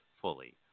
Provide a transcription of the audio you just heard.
fully